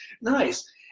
Nice